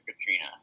Katrina